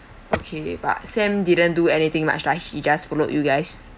okay but sam didn't do anything much lah he just followed you guys